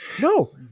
No